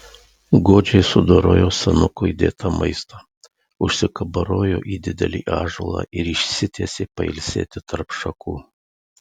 godžiai sudorojo senuko įdėtą maistą užsikabarojo į didelį ąžuolą ir išsitiesė pailsėti tarp šakų